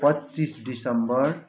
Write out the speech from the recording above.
पच्चिस दिसम्बर